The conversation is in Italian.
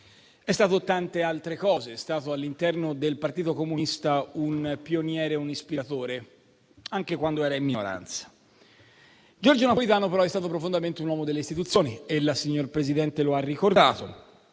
è stato tante altre cose. All'interno del Partito Comunista Italiano, è stato un pioniere e un ispiratore, anche quando era in minoranza. Giorgio Napolitano, però, è stato profondamente un uomo delle istituzioni, come lei, signor Presidente, ha ricordato.